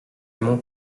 mont